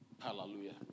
Hallelujah